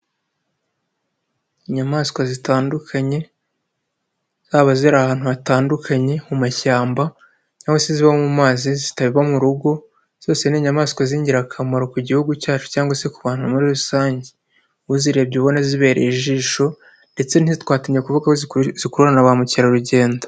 Inyamaswa zitandukanye haba ziri ahantu hatandukanye mu mashyamba cyangwa se ziba mu mazi zitaba mu rugo zose ni inyamaswa z'ingirakamaro ku gihugu cyacu cyangwa se ku bantu muri rusange, uzirebye uba ubona zibereye ijisho ndetse ntizitwatinya kuvuga ko zikururana na ba mukerarugendo.